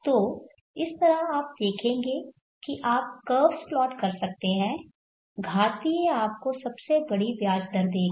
तो इस तरह आप देखेंगे कि आप कर्व्स प्लॉट कर सकते हैं घातीय आपको सबसे बड़ी ब्याज दर देगा